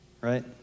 right